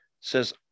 says